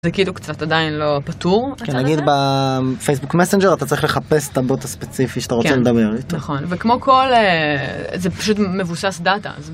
זה כאילו קצת עדיין לא פתור. נגיד בפייסבוק מסנג'ר, אתה צריך לחפש את הבוט הספציפי שאתה רוצה לדבר איתו. נכון, וכמו כל... זה פשוט מבוסס דאטה.